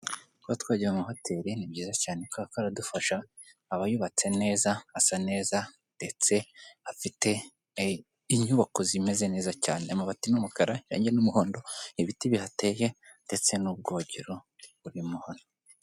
Kuba twagiye mu mahoteli ni byiza cyane kaka dufasha abayubatse neza asa neza ndetse afite inyubako zimeze neza cyane. Amabati n'umukara irangi n'umuhondo ibiti bihateye ndetse n'ubwogero buri muho.